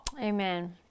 Amen